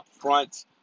upfront